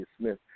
Smith